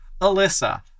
Alyssa